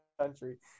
country